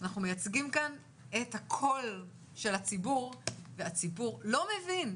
אנחנו מייצגים כאן את הקול של הציבור והציבור לא מבין,